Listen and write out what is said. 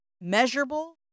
measurable